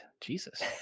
Jesus